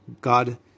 God